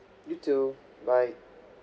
you too bye